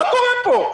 מה קורה פה?